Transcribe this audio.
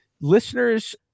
listeners